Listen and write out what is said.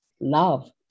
love